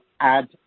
add